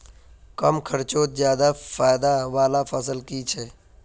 कम खर्चोत ज्यादा फायदा वाला फसल की छे?